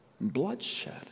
bloodshed